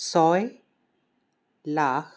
ছয় লাখ